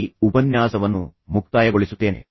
ಆದ್ದರಿಂದ ನಾನು ಈ ಉಪನ್ಯಾಸವನ್ನು ಮುಕ್ತಾಯಗೊಳಿಸುತ್ತೇನೆ